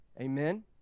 Amen